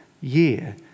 year